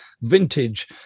vintage